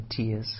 tears